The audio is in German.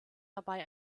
dabei